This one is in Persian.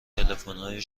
تلفنهای